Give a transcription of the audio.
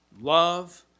love